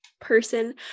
person